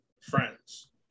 friends